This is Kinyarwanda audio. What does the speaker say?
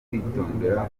kwitondera